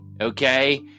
okay